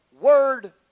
word